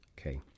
Okay